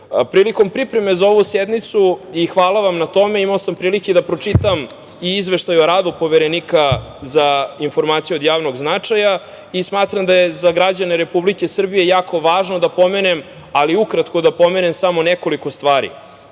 ličnosti. Prilikom pripreme za ovu sednicu, i hvala vam na tome, imao sam prilike da pročitam i Izveštaj o radu Poverenika za informacije od javnog značaja i smatram da je za građane Republike Srbije jako važno da pomenem, ali ukratko da pomenem, samo nekoliko stvari.U